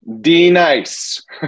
D-nice